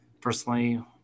personally